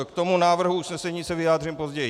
K návrhu usnesení se vyjádřím později.